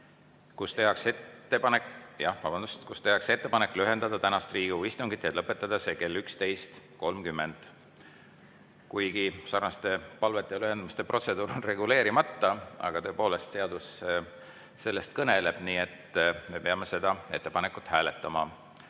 kus tehakse ettepanek lühendada tänast Riigikogu istungit ja lõpetada see kell 11.30. Kuigi seesuguste palvetega [istungite] lühendamiste protseduur on reguleerimata, tõepoolest seadus sellest kõneleb, nii et me peame seda ettepanekut hääletama.